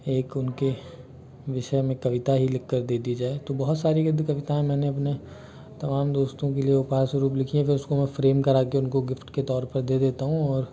एक उनके विषय मे कविता ही लिखकर दे दी जाए तो बहुत सारे जो कविताएं मैंने अपने तमाम दोस्तों के लिए उपहार स्वरूप लिखी है फिर उसको मैं फ्रेम करके उनको मैं गिफ्ट के तौर पर दे देता हूँ और